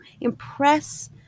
impress